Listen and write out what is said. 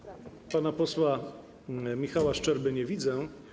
Pana posła Michała Szczerby nie widzę.